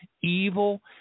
evil